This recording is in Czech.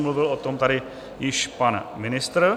Mluvil o tom tady již pan ministr.